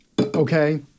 Okay